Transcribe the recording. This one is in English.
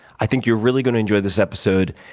i think you're really going to enjoy this episode.